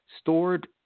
stored